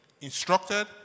instructed